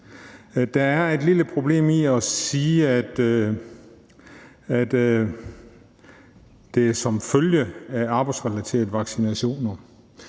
Der er et lille problem i at sige, at det er som følge af arbejdsrelaterede vaccinationer.